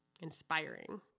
inspiring